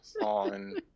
On